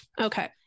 Okay